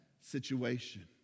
situation